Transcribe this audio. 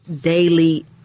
daily